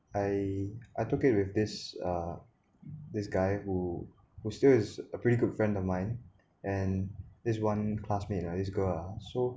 I I took it with this uh this guy who was still is a pretty good friend of mine and this one classmate I used to go out ah so